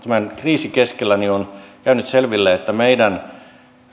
tämän kriisin keskellä on käynyt selville että meidän